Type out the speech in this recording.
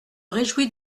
réjouis